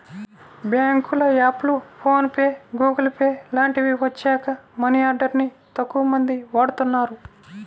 బ్యేంకుల యాప్లు, PhonePe, Google pay లాంటివి వచ్చాక మనీ ఆర్డర్ ని తక్కువమంది వాడుతున్నారు